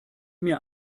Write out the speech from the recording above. mir